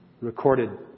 recorded